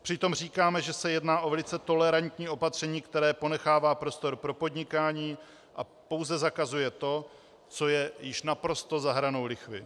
Přitom říkáme, že se jedná o velice tolerantní opatření, které ponechává prostor pro podnikání a pouze zakazuje to, co je již naprosto za hranou lichvy.